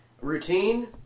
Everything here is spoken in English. Routine